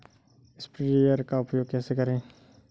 Sprayer का उपयोग कैसे करें?